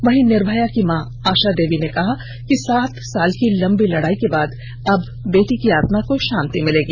वहीं निर्भया की मां आशा देवी ने कहा कि सात साल की लंबी लड़ाई के बाद अब बेटी की आत्मा को शांति मिलेगी